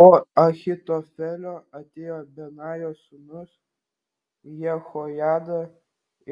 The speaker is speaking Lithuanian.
po ahitofelio atėjo benajo sūnus jehojada